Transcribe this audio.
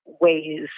ways